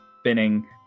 spinning